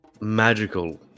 magical